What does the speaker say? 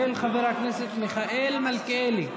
התשפ"א 2021, של חבר הכנסת מיכאל מלכיאלי,